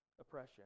oppression